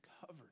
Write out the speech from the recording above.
covered